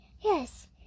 Yes